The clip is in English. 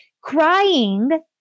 crying